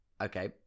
Okay